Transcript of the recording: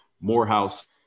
Morehouse